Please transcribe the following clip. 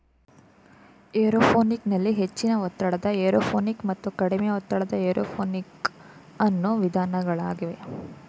aeroponic ನಲ್ಲಿ ಹೆಚ್ಚಿನ ಒತ್ತಡದ ಏರೋಪೋನಿಕ್ ಮತ್ತು ಕಡಿಮೆ ಒತ್ತಡದ ಏರೋಪೋನಿಕ್ ಅನ್ನೂ ವಿಧಾನಗಳಿವೆ